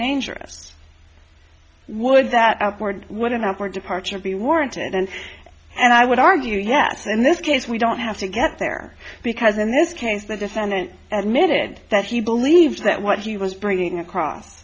dangerous would that upward what an upward departure be warranted and and i would argue yes in this case we don't have to get there because in this case the defendant admitted that he believed that what he was bringing across